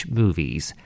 movies